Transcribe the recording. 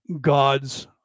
God's